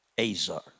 Azar